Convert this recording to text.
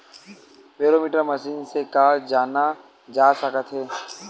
Barometer machine से का जाना जा सकत हे?